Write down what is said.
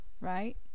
right